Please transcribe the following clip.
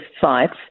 sites